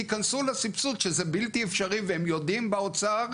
תכנסו לסבסוד שזה בלתי אפשרי והם יודעים באוצר,